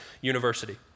University